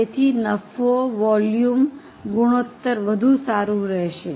તેથી નફો વોલ્યુમ ગુણોત્તર વધુ સારું રહેશે